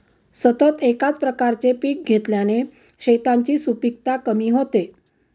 सतत एकाच प्रकारचे पीक घेतल्याने शेतांची सुपीकता कमी होते